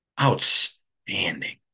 outstanding